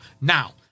Now